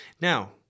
Now